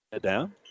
down